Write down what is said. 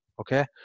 Okay